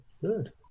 good